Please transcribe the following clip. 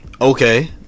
Okay